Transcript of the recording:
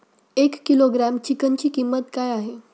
एक किलोग्रॅम चिकनची किंमत काय आहे?